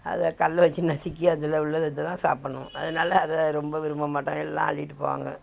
அதை கல்லு வச்சி நசுக்கி அதில் உள்ள இதைதான் சாப்பிட்ணும் அதனால அதை ரொம்ப விரும்ப மாட்டாங்க எல்லாம் அள்ளிட்டு போவாங்க